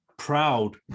proud